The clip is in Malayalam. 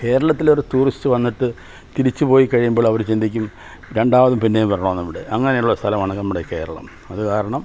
കേരളത്തിൽ ഒരു ടൂറിസ്റ്റ് വന്നിട്ട് തിരിച്ച് പോയി കഴിയുമ്പോൾ അവർ ചിന്തിക്കും രണ്ടാമത് പിന്നേയും അവിടെ അങ്ങനെ ഉള്ള സ്ഥലമാണ് നമ്മുടെ കേരളം അത് കാരണം